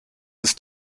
ist